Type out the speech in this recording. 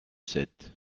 sept